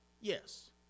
Yes